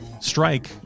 strike